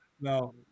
No